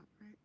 right